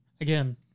Again